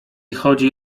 chodzi